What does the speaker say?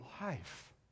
life